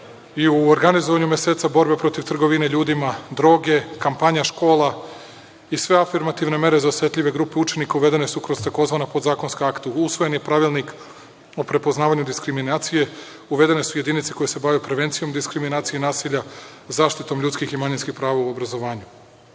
I organizovanje meseca borbe protiv trgovine ljudima, droge, kampanja, škola i sve afirmativne mere za osetljive grupe učenika uvedene su kroz tzv. podzakonska akta. Usvojen je pravilnik o prepoznavanju diskriminacije. Uvedene su jedinice koje se bave prevencijom diskriminacije i nasilja, zaštitom ljudskih i manjinskih prava u obrazovanju. Oko